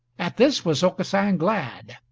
at this was aucassin glad.